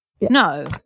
No